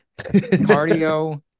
Cardio